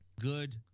good